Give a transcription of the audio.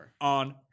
on